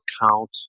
count